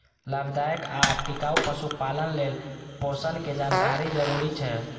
लाभदायक आ टिकाउ पशुपालन लेल पोषणक जानकारी जरूरी छै